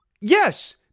Yes